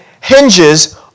hinges